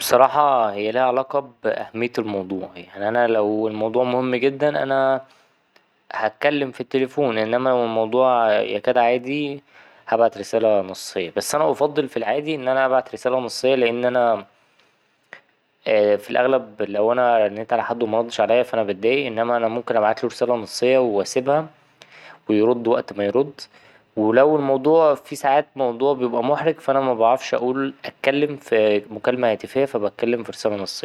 بصراحة هي ليها علاقة بأهمية الموضوع يعني أنا لو الموضوع مهم جدا أنا هتكلم في التليفون إنما لو الموضوع يكاد عادي هبعت رسالة نصية بس أنا أفضل في العادي إن أنا أبعت رسالة نصية لأن أنا في الأغلب لو أنا رنيت على حد ومردش عليا فا أنا بتضايق إنما أنا ممكن ابعتله رسالة نصية وأسيبها ويرد وقت ما يرد ولو الموضوع فيه ساعات موضوع بيبقى محرج فا أنا مبعرفش أقول أتكلم في مكالمة هاتفية فا بتكلم في رسالة نصية.